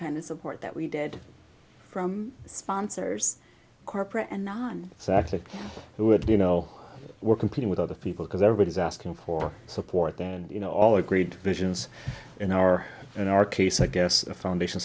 kind of support that we did from sponsors corporate and non exactly who would you know were competing with other people because everybody's asking for support and you know all agreed to be agents in our in our case i guess foundation